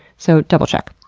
so, double-check.